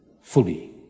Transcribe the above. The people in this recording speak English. fully